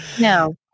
No